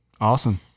Awesome